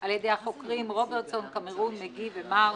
על ידי החוקרים רוברטסון, קמרון, מגי ומארש,